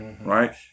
right